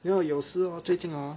对 lor 有时 hor 最近 hor